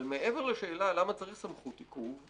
אבל מעבר לשאלה למה צריך סמכות עיכוב,